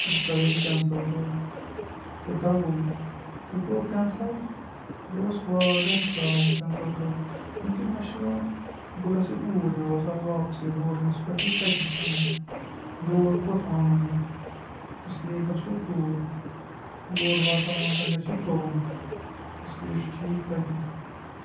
تہٕ بہٕ کَرَے یہِ کٮ۪نسَل گۄڈٕ تہٕ دَبو مےٚ یہِ گوٚو کٮ۪نسَل یہِ اوس واریاہ سہَل کٮ۪نسَل کَرُن کیونکہِ مےٚ چھِ وۄنۍ بہٕ گژھَے اوٗرۍ مےٚ باسان واپسٕے ہوٹلَس پٮ۪ٹھٕے تٔتی کھیٚم یور کوٚت اَنُن وۄنۍ اس لیے گژھو توٗرۍ یور واتان واتان گژھِ یہِ تُرُن اس لیے چھُ ٹھیٖک تَتی